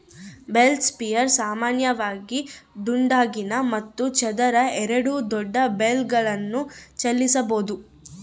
bale spears ಸಾಮಾನ್ಯವಾಗಿ ದುಂಡಗಿನ ಮತ್ತು ಚದರ ಎರಡೂ ದೊಡ್ಡ ಬೇಲ್ಗಳನ್ನು ಚಲಿಸಬೋದು